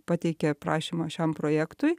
pateikė prašymą šiam projektui